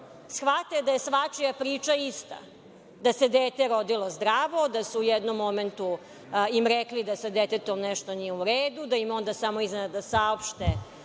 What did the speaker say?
shvate da je svačija priča ista, da se dete rodilo zdravo, da su im u jednom momentu rekli da sa detetom nešto nije uredu, da im onda samo iznenada saopšte